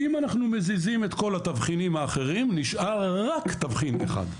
אם אנחנו מזיזים את כל התבחינים האחרים נשאר רק תבחין אחד.